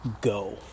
go